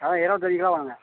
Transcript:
ஆ இருபத்தஞ்சி கிலோ வேணுங்க